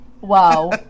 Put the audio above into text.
Wow